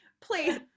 Please